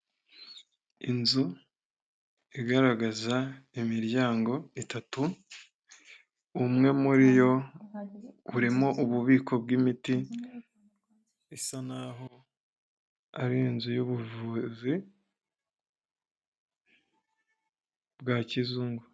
Inzu igaragaza imiryango itatu, umwe muri yo burimo ububiko bw'imiti isa nkaho ari inzu y'ubuvuzi bwa kizungu.